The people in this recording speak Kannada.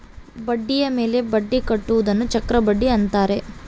ಬಡ್ಡಿಯ ಮೇಲೆ ಬಡ್ಡಿ ಕಟ್ಟುವುದನ್ನ ಚಕ್ರಬಡ್ಡಿ ಅಂತಾರೆ